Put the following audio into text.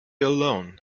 alone